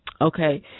Okay